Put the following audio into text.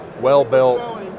well-built